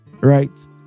right